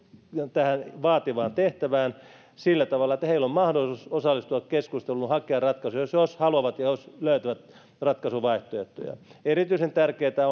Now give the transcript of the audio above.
tähän vaativaan tehtävään sillä tavalla että heillä on mahdollisuus osallistua keskusteluun ja hakea ratkaisuja jos jos haluavat ja löytävät ratkaisuvaihtoehtoja erityisen tärkeätä